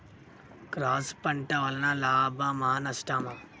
Cross పంట వలన లాభమా నష్టమా?